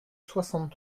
soixante